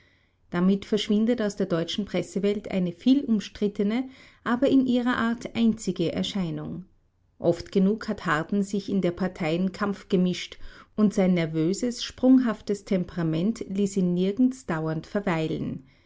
damit verschwindet aus der deutschen pressewelt eine viel umstrittene aber in ihrer art einzige erscheinung oft genug hat harden sich in der parteien kampf gemischt und sein nervöses sprunghaftes temperament ließ ihn nirgends dauernd verweilen